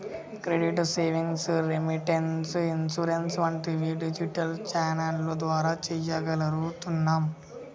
credit, savings, remittance, insurance వంటివి digital ఛానెల్ల ద్వారా చెయ్యగలుగుతున్నాం